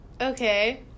okay